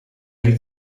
liet